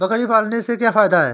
बकरी पालने से क्या फायदा है?